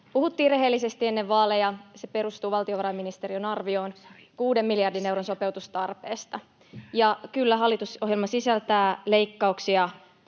puhuttiin rehellisesti ennen vaaleja. Se perustuu valtiovarainministeriön arvioon kuuden miljardin euron sopeutustarpeesta. Kyllä, hallitusohjelma sisältää leikkauksia